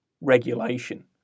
regulation